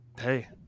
Hey